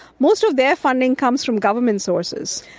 most of their funding comes from government sources,